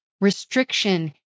Restriction